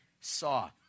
saw